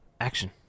Action